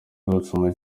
umukinnyi